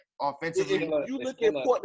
offensively